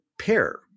pair